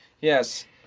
Yes